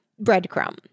breadcrumb